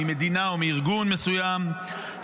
ממדינה או מארגון מסוים,